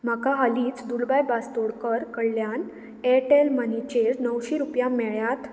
म्हाका हालींच दुलबाय बास्तोडकार कडल्यान एरटॅल मनीचेर णवशीं रुपया मेळ्ळ्यांत